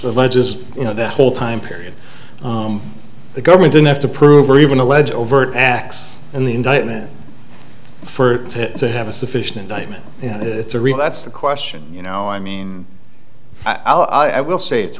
alleges you know that whole time period the government didn't have to prove or even alleged overt acts in the indictment for to to have a sufficient indictment yeah it's a real that's the question you know i mean i will say it's